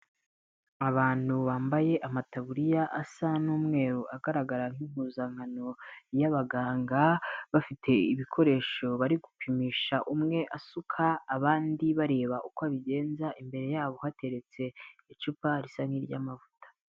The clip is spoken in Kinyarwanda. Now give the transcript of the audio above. Abantu bambaye amataburiya asa n'umweru agaragara nk'impuzankano y'abaganga, bafite ibikoresho bari gupimisha umwe asuka abandi bareba uko abigenza, imbere yabo hateretse icupa risa nk'iry'amavuta.